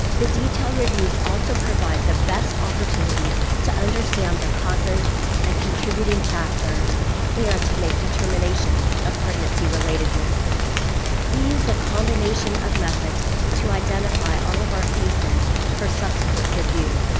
the detailed reviews also provide the best opportunity to understand the causes and contributing factors and to make determinations of pregnant-relatedness. we used a combination of methods to identify all of our cases for subsequent review.